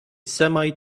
semi